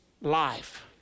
life